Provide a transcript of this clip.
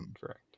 Correct